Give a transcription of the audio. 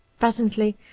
presently,